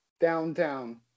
Downtown